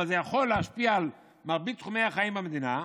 אבל זה יכול להשפיע על מרבית תחומי החיים במדינה.